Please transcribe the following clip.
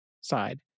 side